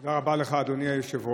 תודה רבה לך, אדוני היושב-ראש.